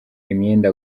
imyenda